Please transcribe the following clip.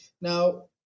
Now